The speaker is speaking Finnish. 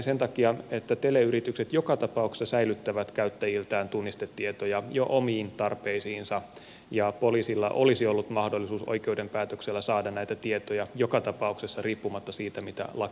sen takia että teleyritykset joka tapauksessa säilyttävät käyttäjiltään tunnistetietoja jo omiin tarpeisiinsa ja poliisilla olisi ollut mahdollisuus oikeuden päätöksellä saada näitä tietoja joka tapauksessa riippumatta siitä mitä lakiin on kirjoitettu